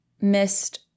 missed